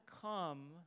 come